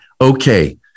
Okay